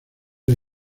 las